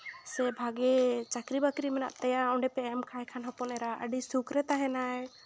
ᱥᱮ ᱵᱷᱟᱹᱜᱤ ᱪᱟᱹᱠᱨᱤ ᱵᱟᱹᱠᱨᱤ ᱢᱮᱱᱟᱜ ᱛᱟᱭᱟ ᱚᱸᱰᱮ ᱯᱮ ᱮᱢ ᱠᱟᱭ ᱠᱷᱟᱱ ᱦᱚᱯᱚᱱ ᱮᱨᱟ ᱟᱹᱰᱤ ᱥᱩᱠᱷᱨᱮ ᱛᱟᱦᱮᱸᱱᱟᱭ